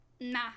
Nah